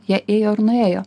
jie ėjo ir nuėjo